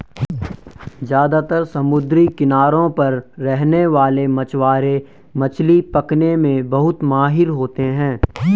ज्यादातर समुद्री किनारों पर रहने वाले मछवारे मछली पकने में बहुत माहिर होते है